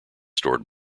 stored